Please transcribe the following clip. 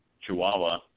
chihuahua